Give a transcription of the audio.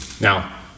Now